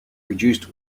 reduced